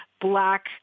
Black